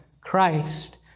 Christ